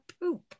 poop